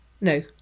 No